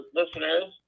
listeners